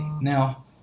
Now